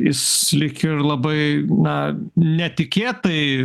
jis lyg ir labai na netikėtai